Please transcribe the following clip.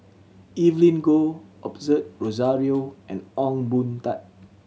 Evelyn Goh Osbert Rozario and Ong Boon Tat